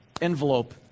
envelope